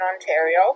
Ontario